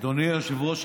אדוני היושב-ראש,